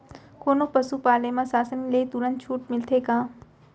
कोनो पसु पाले म शासन ले तुरंत छूट मिलथे का?